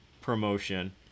Promotion